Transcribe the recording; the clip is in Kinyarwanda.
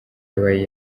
yabaye